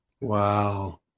wow